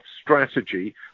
strategy